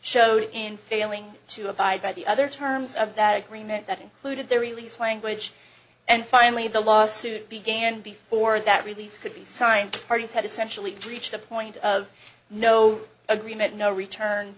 showed in failing to abide by the other terms of that agreement that included their release language and finally the lawsuit began before that release could be signed parties had essentially reached a point of no agreement no return